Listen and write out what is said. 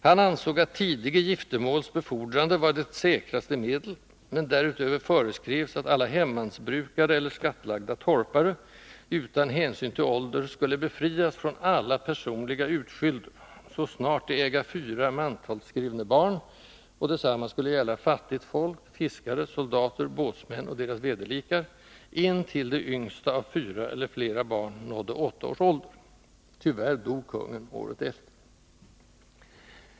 Han ansåg att ”tidige Giftermåls befordrande” var ”thet säkraste medel”, men därutöver föreskrevs att ”alla hemmansbrukare eller Skattlagde Torpare”, utan hänsyn till ålder, skulle befrias från alla personliga utskylder ”så snart the äga Fyra Mantals skrefne Barn” och detsamma skulle gälla fattigt folk, fiskare, soldater, båtsmän och deras vederlikar intill dess det yngsta av fyra eller flera barn nådde åtta års ålder. Tyvärr dog kungen året efter.